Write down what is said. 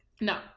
No